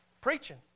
preaching